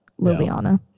Liliana